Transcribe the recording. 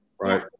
Right